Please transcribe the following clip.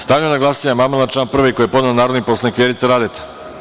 Stavljam na glasanje amandman na član 1. koji je podneo narodni poslanik Vjerica Radeta.